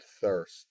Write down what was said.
thirst